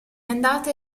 andata